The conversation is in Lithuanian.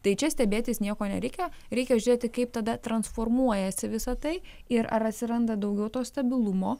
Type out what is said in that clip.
tai čia stebėtis niekuo nereikia reikia žiūrėti kaip tada transformuojasi visa tai ir ar atsiranda daugiau to stabilumo